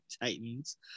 Titans